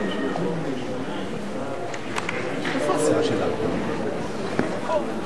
טרומית ותעבור לוועדת הכלכלה על מנת להכינה לקריאה ראשונה.